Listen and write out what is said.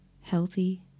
healthy